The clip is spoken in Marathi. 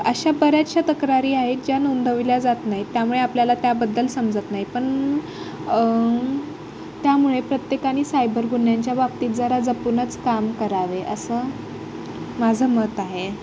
अशा बऱ्याचशा तक्रारी आहेत ज्या नोंदविल्या जात नाहीत त्यामुळे आपल्याला त्याबद्दल समजत नाही पण त्यामुळे प्रत्येकाने सायबर गुन्ह्यांच्या बाबतीत जरा जपूनच काम करावे असं माझं मत आहे